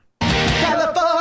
California